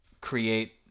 create